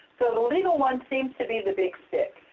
so the legal one seems to be the big stick.